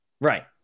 Right